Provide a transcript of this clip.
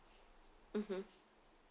mmhmm